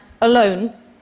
alone